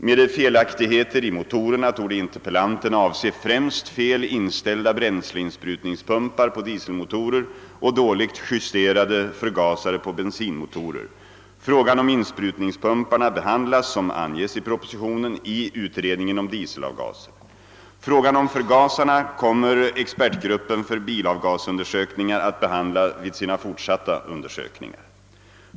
Med »felaktigheter i motorerna» torde interpellanten avse främst fel inställda bränsleinsprutningspumpar på dieselmotorer och dåligt justerade förgasare på bensinmotorer. Frågan om insprutningspumparna behandlas — som anges i propositionen — i utredningen om dieselavgaser. Frågan om förgasarna kommer expertgruppen för bilavgasundersökningar att behandla vid sina fortsatta undersökningar.